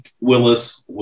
Willis